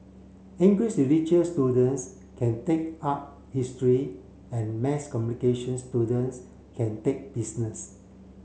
English religious students can take art history and mass communications students can take business